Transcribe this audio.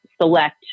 select